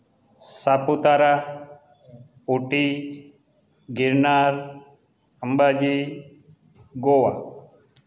Saputara Ooty Girnar Ambaji Goa